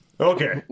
Okay